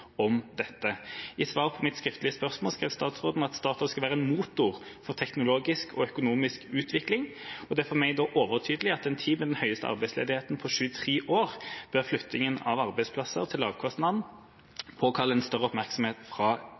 om dette. I svaret på mitt skriftlige spørsmål skrev statsråden at Statoil skal være en motor for teknologisk og økonomisk utvikling, og det er for meg da overtydelig at i en tid med den høyeste arbeidsledigheten på 23 år bør flyttingen av arbeidsplasser til lavkostland påkalle en større oppmerksomhet fra